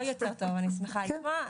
עוד יותר טוב, אני שמחה לשמוע.